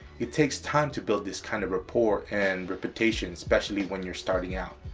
it takes time to build this kind of rapport and reputation, especially when you're starting out.